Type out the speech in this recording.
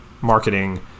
marketing